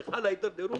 כשחלה התדרדרות,